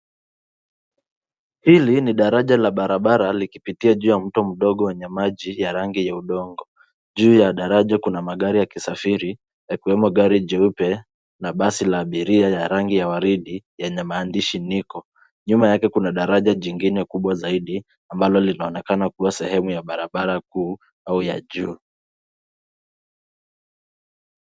Hili ni daraja la barabara likipitia juu ya mto mdogo wenye maji ya rangi ya udongo. Juu ya daraja kuna magari ya kisafiri, yakiwemo gari jeupe na basi la abiria ya rangi ya waridi yenye maandishi NICO. Nyuma yake kuna daraja jingine kubwa zaidi ambalo linaonekana kuwa sehemu ya barabara kuu au ya juu.